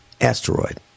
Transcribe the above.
asteroid